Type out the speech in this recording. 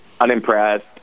unimpressed